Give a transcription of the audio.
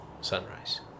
sunrise